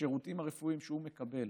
השירותים הרפואיים שהוא מקבל